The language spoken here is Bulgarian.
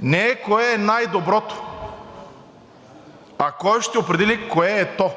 не е кое е най-доброто, а кой ще определи кое е то.